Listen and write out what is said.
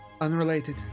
Unrelated